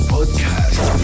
Podcast